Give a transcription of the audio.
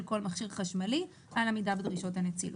כל מכשיר חשמלי על עמידה בדרישות הנצילות.